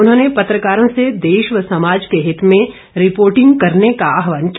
उन्होंने पत्रकारों से देश व समाज के हित में रिर्पोटिंग करने का भी आहवान किया